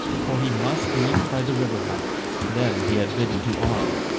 for he must meet by the river-hut them he had bidden to arm,